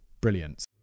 brilliant